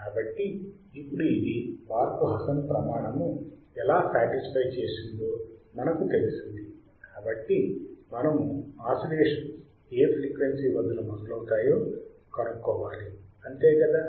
కాబట్టి ఇప్పుడు ఇది బార్క్ హాసన్ ప్రమాణము ఎలా శాటిస్ఫై చేసిందో మనకు తెలిసింది కానీ మనము ఆసిలేషన్స్ ఏ ఫ్రీక్వెన్సీ వద్ద మొదలవుతాయో కనుక్కోవాలి అంతే కదా